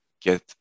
get